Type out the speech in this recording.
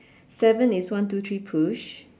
seven is one two three push